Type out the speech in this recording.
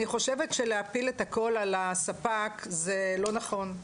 אני חושבת שלהפיל את הכל על הספק זה לא נכון.